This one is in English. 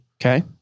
Okay